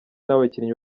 n’abakinnyi